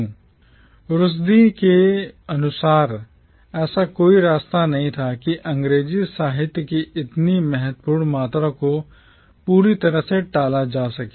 Rushdie Rushdie के अनुसार ऐसा कोई रास्ता नहीं था कि अंग्रेजी साहित्य की इतनी महत्वपूर्ण मात्रा को पूरी तरह से टाला जा सके